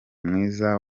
mwiza